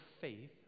faith